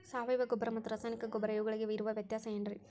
ಸಾವಯವ ಗೊಬ್ಬರ ಮತ್ತು ರಾಸಾಯನಿಕ ಗೊಬ್ಬರ ಇವುಗಳಿಗೆ ಇರುವ ವ್ಯತ್ಯಾಸ ಏನ್ರಿ?